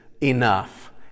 enough